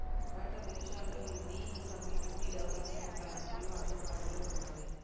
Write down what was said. బయటి దేశాల్లో నీ ఈ కమ్యూనిటీ డెవలప్మెంట్ బాంక్లు అందుబాటులో వుంటాయి